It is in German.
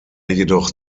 jedoch